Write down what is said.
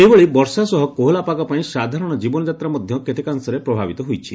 ସେହିଭଳି ବର୍ଷା ସହ କୋହଲା ପାଗ ପାଇଁ ସାଧାରଣ ଜୀବନ ଯାତ୍ରା ମଧା କେତେକାଂଶରେ ପ୍ରଭାବିତ ହୋଇଛି